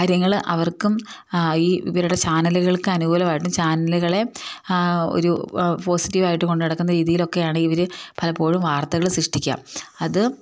കാര്യങ്ങൾ അവർക്കും ഈ ഇവരുടെ ചാനലുകൾക്ക് അനുകൂലമായിട്ടും ചാനലുകളെ ഒരു പോസിറ്റീവായിട്ട് കൊണ്ടു നടക്കുന്ന രീതിയിലൊക്കെയാണ് ഇവർ പലപ്പോഴും വാർത്തകൾ സൃഷ്ടിക്കുക അത്